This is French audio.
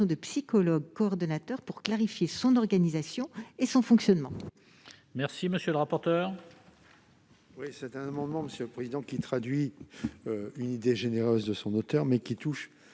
de psychologues coordonnateurs pour clarifier son organisation et son fonctionnement.